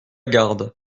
garde